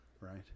right